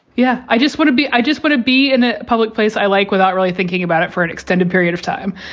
yeah i just want to be i just want to be in a public place i like without really thinking about it for an extended period of time